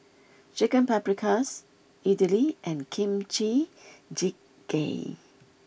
Chicken Paprikas Idili and Kimchi Jjigae